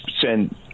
send